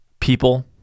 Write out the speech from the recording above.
people